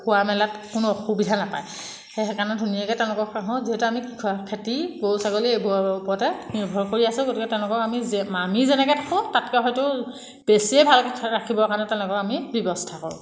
শুৱা মেলাত কোনো অসুবিধা নাপায় সেই সেইকাৰণে ধুনীয়াকৈ তেওঁলোকক ৰাখোঁ যিহেতু আমি খেতি গৰু ছাগলী এইবোৰৰ ওপৰতে নিৰ্ভৰ কৰি আছো গতিকে তেওঁলোকক আমি যে আমি যেনেকৈ থাকোঁ তাতকৈ হয়তো বেছিয়ে ভালকৈ ৰাখিবৰ কাৰণে তেওঁলোকক আমি ব্যৱস্থা কৰোঁ